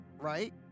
Right